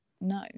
no